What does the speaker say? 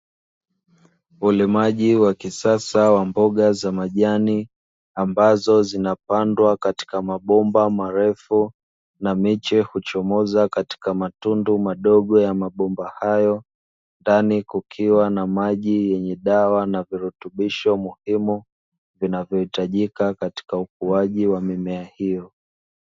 Ulimaji wa kisasa wa mboga za majani ambazo zinapandwa katika maomba marefu, na miche huchomoza katika matundu madogo ya mabomba hayo, ndani kukiwa na maji yenye dawa na virutubisho muhimu vinavyohitajika katika ukuaji wa mimea hiyo.